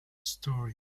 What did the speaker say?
story